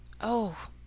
Oh